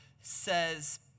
says